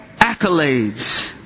accolades